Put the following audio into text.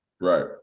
Right